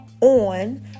on